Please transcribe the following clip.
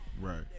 Right